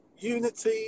unity